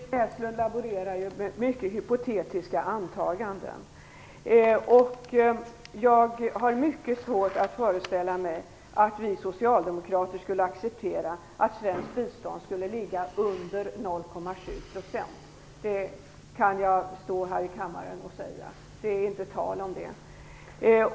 Herr talman! Ingrid Näslund laborerar med mycket hypotetiska antaganden. Jag har mycket svårt att föreställa mig att vi socialdemokrater skulle acceptera att svenskt bistånd ligger under 0,7 %. Jag kan stå här i kammaren och säga att det inte är tal om det.